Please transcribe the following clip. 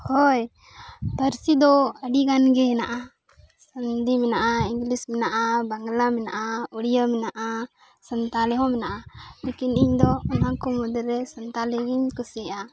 ᱦᱳᱭ ᱯᱟᱹᱨᱥᱤ ᱫᱚ ᱟᱰᱤᱜᱟᱱ ᱜᱮ ᱦᱮᱱᱟᱜᱼᱟ ᱦᱤᱱᱫᱤ ᱢᱮᱱᱟᱜᱼᱟ ᱤᱝᱞᱤᱥ ᱢᱮᱱᱟᱜᱼᱟ ᱵᱟᱝᱞᱟ ᱢᱮᱱᱟᱜᱼᱟ ᱩᱲᱤᱭᱟᱹ ᱢᱮᱱᱟᱜᱼᱟ ᱥᱟᱱᱛᱟᱞᱤ ᱦᱚᱸ ᱦᱮᱱᱟᱜᱼᱟ ᱞᱮᱠᱤᱱ ᱤᱧᱫᱚ ᱚᱱᱟ ᱠᱚ ᱢᱩᱫᱽᱨᱮ ᱥᱟᱱᱛᱟᱞᱤ ᱜᱤᱧ ᱠᱩᱥᱤᱭᱟᱜᱼᱟ